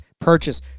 purchase